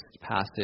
passage